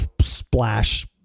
Splash